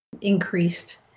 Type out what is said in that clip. increased